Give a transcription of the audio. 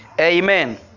Amen